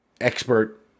expert